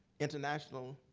international